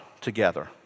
together